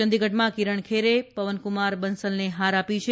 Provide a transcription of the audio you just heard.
ચંડીગઢમાં કિરણ ખેરે પવન્કુમાર બંસલને હાર આપી છે